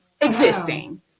Existing